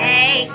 Hey